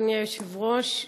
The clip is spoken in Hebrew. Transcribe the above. אדוני היושב-ראש,